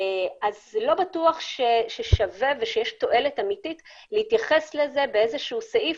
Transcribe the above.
לא בטוח שיש תועלת אמיתית להתייחס לזה בסעיף